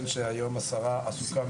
בתוך האוניברסיטאות והמכללות.